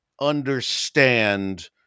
understand